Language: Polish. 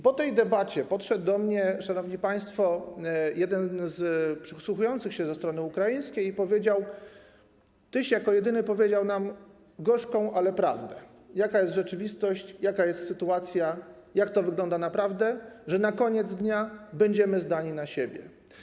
Po tej debacie podszedł do mnie, szanowni państwo, jeden z przysłuchujących się ze strony ukraińskiej i powiedział: ty jako jedyny powiedziałeś nam gorzką, ale prawdę, jaka jest rzeczywistość, jaka jest sytuacja, jak to wygląda naprawdę, że na koniec dnia będziemy zdani na siebie.